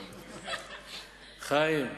חיים,